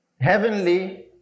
heavenly